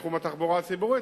תחום התחבורה הציבורית,